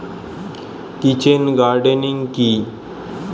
Kitchen gardening কি?